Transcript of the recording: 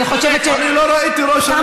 אני חושבת שתם זמנו.